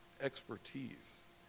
expertise